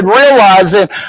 realizing